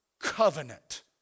covenant